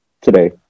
today